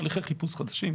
הליכי חיפוש חדשים,